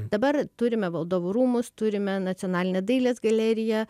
dabar turime valdovų rūmus turime nacionalinę dailės galeriją